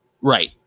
Right